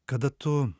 kada tu